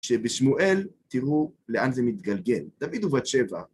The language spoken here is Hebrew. שבשמואל תראו לאן זה מתגלגל. דוד ובת שבע.